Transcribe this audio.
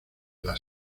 las